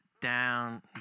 down